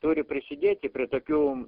turi prisidėti prie tokių